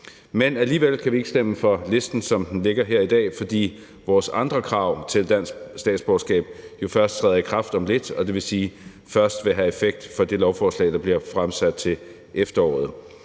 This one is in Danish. Men alligevel kan vi ikke stemme for listen, som den ligger her i dag, fordi vores andre krav til dansk statsborgerskab først træder i kraft om lidt, og det vil sige, at de først vil have effekt for det lovforslag, der bliver fremsat til efteråret.